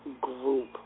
group